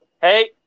Hey